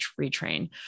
retrain